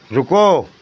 रुको